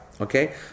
Okay